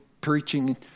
preaching